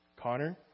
Connor